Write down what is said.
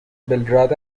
بلگراد